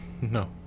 No